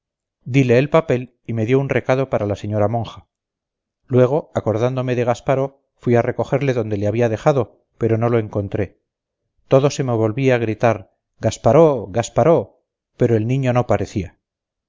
dile el papel y me dio un recado para la señora monja luego acordándome de gasparó fui a recogerle donde le había dejado pero no lo encontré todo se me volvía gritar gasparó gasparó pero el niño no parecía